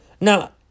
Now